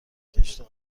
کشید